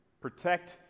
Protect